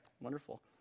Wonderful